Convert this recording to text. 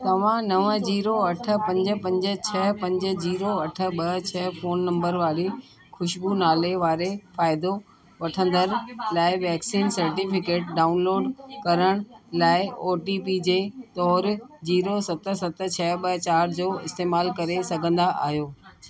तव्हां नव जीरो अठ पंज पंज छह पंज जीरो अठ ॿ छह फ़ोन नंबर वारे ख़ुशबु नाले वारे फ़ाइदो वठंदड़ लाइ वैक्सीन सर्टिफिकेट डाउनलोड करण लाइ ओ टी पी जे तौरि जीरो सत सत छह ॿ चारि जो इस्तेमाल करे सघंदा आहियो